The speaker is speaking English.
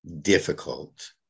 difficult